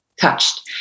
touched